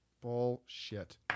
Bullshit